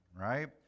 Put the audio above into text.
right